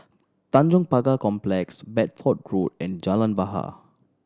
Tanjong Pagar Complex Bedford Road and Jalan Bahar